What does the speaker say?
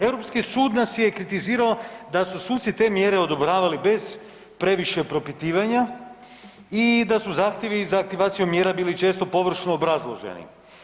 Europski sud nas je kritizirao da su suci te mjere odobravali bez previše propitivanja i da su zahtjevi za aktivacijom mjera bili često površno obrazloženi.